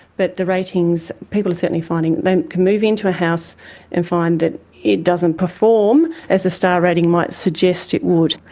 but the ratings, people are certainly finding they can move in to a house and find that it doesn't perform as the star rating might suggest it would.